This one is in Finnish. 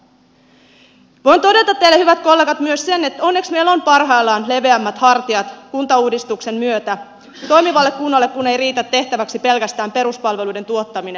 voin todeta teille hyvät kollegat myös sen että onneksi meillä on parhaillaan leveämmät hartiat kuntauudistuksen myötä toimivalle kunnalle kun ei riitä tehtäväksi pelkästään peruspalveluiden tuottaminen